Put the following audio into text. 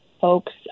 folks